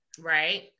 Right